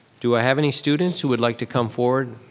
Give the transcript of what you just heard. do i have any students who would like to come forward